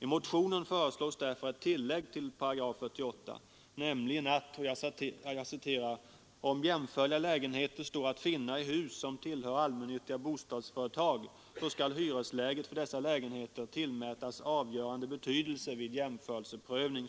I motionen föreslås därför ett tillägg till 48 §, nämligen: ”Om jämförliga lägenheter står att finna i hus som tillhör allmännyttiga bostadsföretag, skall hyresläget för dessa lägenheter tillmätas avgörande betydelse vid jämförelseprövningen.”